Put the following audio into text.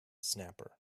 snapper